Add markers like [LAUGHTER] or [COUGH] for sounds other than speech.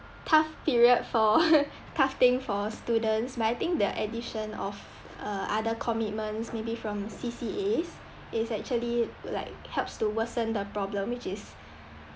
tough period for [NOISE] tough thing for students but I think the addition of uh other commitments maybe from C_C_As is actually like helps to worsen the problem which is